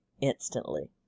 instantly